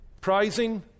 Prizing